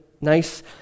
nice